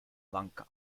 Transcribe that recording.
banca